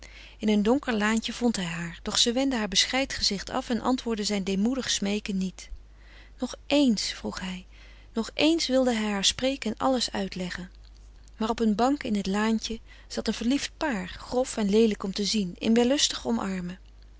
in een donker laantje vond hij haar doch ze wendde haar beschreid gezicht af en antwoordde zijn deemoedig smeeken niet nog ééns vroeg hij nog eens wilde hij haar spreken en alles uitleggen maar op een bank in het laantje zat een verliefd paar grof en leelijk om te zien in wellustig omarmen